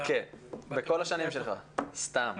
אנחנו בדיון ספציפי